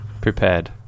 Prepared